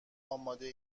آماده